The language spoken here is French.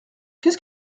qu’est